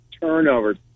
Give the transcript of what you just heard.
turnovers